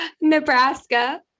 Nebraska